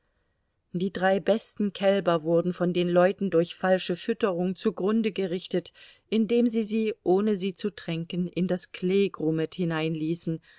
die drei besten kälber wurden von den leuten durch falsche fütterung zugrunde gerichtet indem sie sie ohne sie zu tränken in das